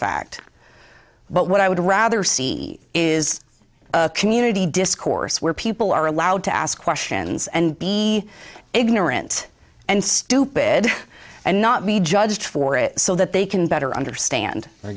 fact but what i would rather see is a community discourse where people are allowed to ask questions and be ignorant and stupid and not be judged for it so that they can better understand